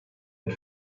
had